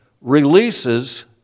releases